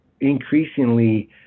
increasingly